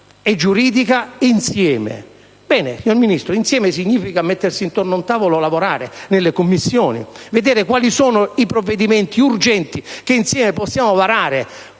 e giuridica insieme. Bene, signor Ministro: «insieme» significa mettersi intorno a un tavolo e lavorare nelle Commissioni, vedere quali sono i provvedimenti urgenti che insieme possiamo varare.